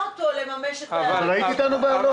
אותו לממש את --- היית איתנו באלון?